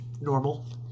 normal